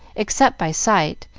except by sight,